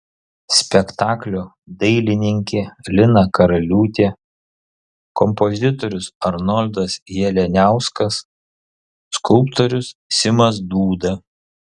spektaklio dailininkė lina karaliūtė kompozitorius arnoldas jalianiauskas skulptorius simas dūda